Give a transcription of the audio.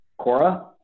Cora